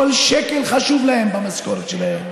כל שקל חשוב להם במשכורת שלהם.